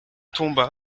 tomba